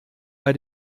bei